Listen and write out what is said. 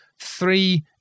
three